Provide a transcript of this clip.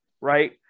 right